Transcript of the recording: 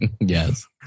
Yes